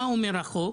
מה אומר החוק?